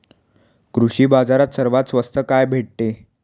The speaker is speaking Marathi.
कृषी बाजारात सर्वात स्वस्त काय भेटते?